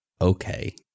okay